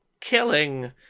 killing